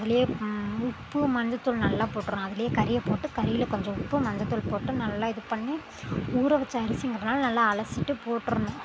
அதிலயே உப்பு மஞ்சள் தூள் நல்லா போட்டுறணும் அதிலயே கறியை போட்டு கறியில கொஞ்சம் உப்பு மஞ்சள் தூள் போட்டு நல்லா இது பண்ணி ஊற வச்ச அரிசிங்கிறதுனால நல்லா அலசிட்டு போட்டுறணும்